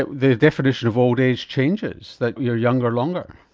the definition of old age changes, that you are younger longer.